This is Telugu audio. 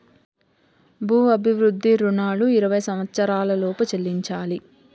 భూ అభివృద్ధి రుణాలు ఇరవై సంవచ్చరాల లోపు చెల్లించాలి